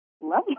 love